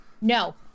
No